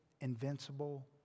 invincible